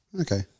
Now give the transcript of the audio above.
Okay